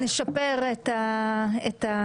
נשפר את המתווה.